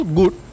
good